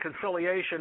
conciliation